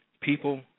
People